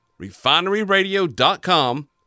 RefineryRadio.com